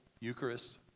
Eucharist